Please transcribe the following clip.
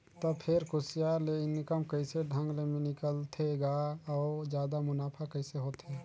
त फेर कुसियार ले इनकम कइसे ढंग ले निकालथे गा अउ जादा मुनाफा कइसे होथे